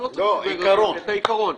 אני מדבר על העיקרון.